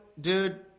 dude